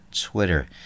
Twitter